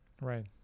Right